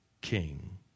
king